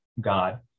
God